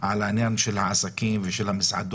על העניין של העסקים והמסעדות,